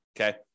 Okay